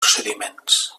procediments